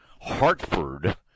Hartford